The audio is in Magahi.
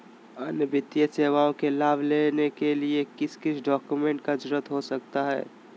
अन्य वित्तीय सेवाओं के लाभ लेने के लिए किस किस डॉक्यूमेंट का जरूरत हो सकता है?